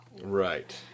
Right